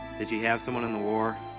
she have someone in the war?